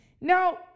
Now